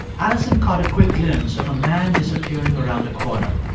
alison caught a quick glimpse of a man disappearing around a corner.